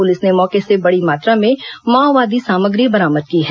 police ने मौके से बड़ी मात्रा में माओवादी सामग्री बरामद की है